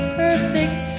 perfect